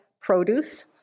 produce